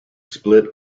split